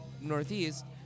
Northeast